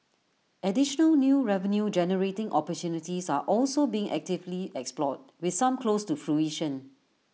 additional new revenue generating opportunities are also being actively explored with some close to fruition